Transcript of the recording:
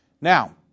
Now